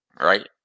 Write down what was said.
right